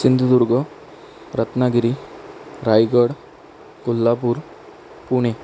Sindhudurg Ratnagiri Raigad Kolhapur Pune